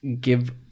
give